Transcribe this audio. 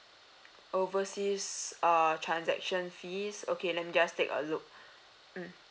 overseas err transaction fees okay let me just take a look mm